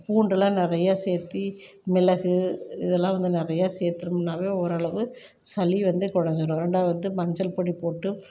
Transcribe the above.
பூண்டெல்லாம் நிறையா சேத்து மிளகு இதெல்லாம் வந்து நிறையா சேத்துனம்னா ஓரளவு சளி வந்து கொறைஞ்சிடும் ரெண்டாவது வந்து மஞ்சள் பொடி போட்டு